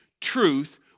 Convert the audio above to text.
truth